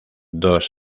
dos